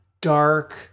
dark